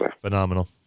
Phenomenal